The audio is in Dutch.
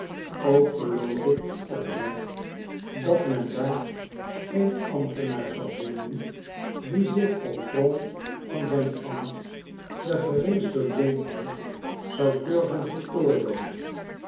ook geloof ik oprecht dat men daar geen ambtenaar zal vinden die zich op grond van zijn ambt de geringste lompheid zou durven verqorloven